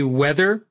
weather